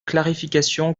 clarification